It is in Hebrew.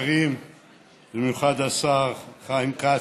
לשינוי של סדר-היום.